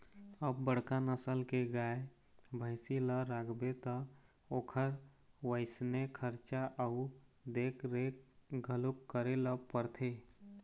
अब बड़का नसल के गाय, भइसी ल राखबे त ओखर वइसने खरचा अउ देखरेख घलोक करे ल परथे